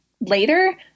later